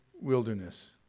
wilderness